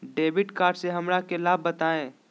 Debit card से हमरा के लाभ बताइए?